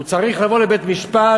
הוא צריך לבוא לבית-משפט,